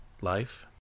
life